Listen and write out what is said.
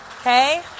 Okay